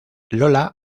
lola